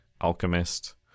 Alchemist